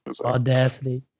Audacity